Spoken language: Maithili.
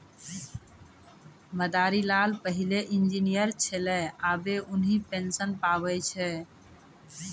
मदारी लाल पहिलै इंजीनियर छेलै आबे उन्हीं पेंशन पावै छै